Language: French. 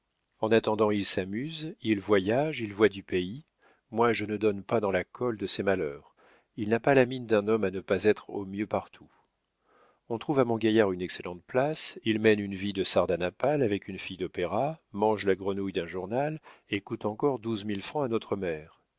en attendant il s'amuse il voyage il voit du pays moi je ne donne pas dans la colle de ses malheurs il n'a pas la mine d'un homme à ne pas être au mieux partout on trouve à mon gaillard une excellente place il mène une vie de sardanapale avec une fille d'opéra mange la grenouille d'un journal et coûte encore douze mille francs à notre mère